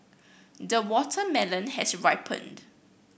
the watermelon has ripened